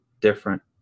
different